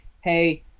hey